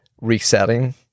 Resetting